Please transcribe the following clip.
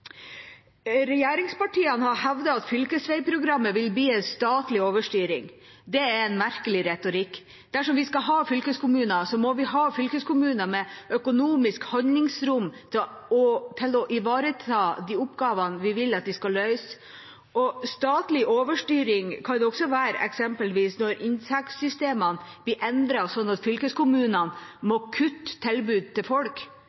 Regjeringspartiene har hevdet at fylkesveiprogrammet vil bli en statlig overstyring. Det er en merkelig retorikk. Dersom vi skal ha fylkeskommuner, må vi ha fylkeskommuner med økonomisk handlingsrom til å ivareta de oppgavene vi vil de skal løse. Statlig overstyring kan eksempelvis også være når inntektssystemene blir endret slik at fylkeskommunene må kutte tilbud til folk.